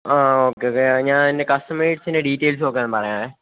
ആ okay okay ഞാന് അതിൻ്റെ കസ്റ്റമൈസ്ഡിൻ്റെ ഡീറ്റെയിൽസ് നോക്കി ഞാൻ പറയാം